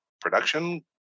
production